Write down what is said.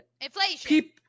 Inflation